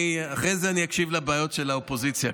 אחרי זה אני אקשיב לבעיות של האופוזיציה,